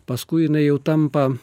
paskui jinai jau tampa